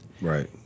Right